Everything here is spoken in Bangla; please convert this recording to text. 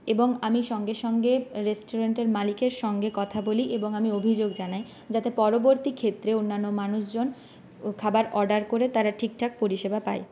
এবং আমি সঙ্গে সঙ্গে রেস্টুরেন্টের মালিকের সঙ্গে কথা বলি এবং আমি অভিযোগ জানাই যাতে পরবর্তী ক্ষেত্রে অন্যান্য মানুষজন খাবার অর্ডার করে তারা ঠিকঠাক পরিষেবা পায়